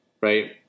right